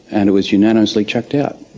and it was unanimously chucked out.